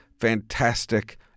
fantastic